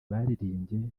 baririmbye